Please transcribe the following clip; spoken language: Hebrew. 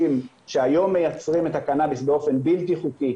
שהיום מייצרים את הקנאביס באופן בלתי חוקי,